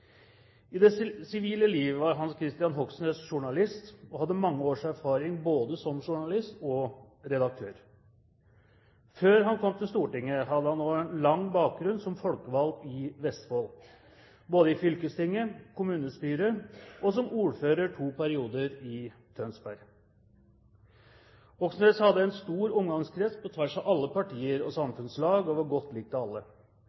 I det sivile liv var Hans Kristian Hogsnes journalist, og hadde mange års erfaring både som journalist og redaktør. Før han kom til Stortinget, hadde han også lang bakgrunn som folkevalgt i Vestfold, både i fylkestinget, kommunestyret og som ordfører i to perioder i Tønsberg. Hogsnes hadde en stor omgangskrets på tvers av alle partier og samfunnslag og var godt likt av alle.